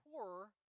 poor